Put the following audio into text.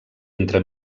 entre